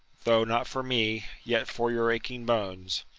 though not for me, yet for your aching bones.